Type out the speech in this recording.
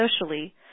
socially